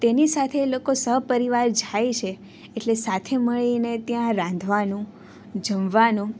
તેની સાથે લોકો સહપરિવાર જાય છે એટલે સાથે મળીને ત્યાં રાંધવાનું જમવાનું